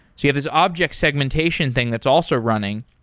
you have this object segmentation thing that's also running.